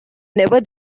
never